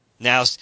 Now